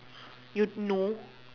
you no